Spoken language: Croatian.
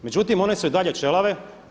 Međutim, one su i dalje ćelave.